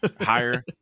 higher